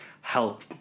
help